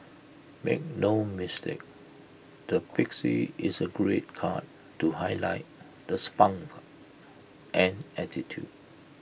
make no mistake the pixie is A great cut to highlight the spunk and attitude